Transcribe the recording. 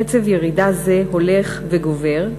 קצב ירידה זה הולך וגובר,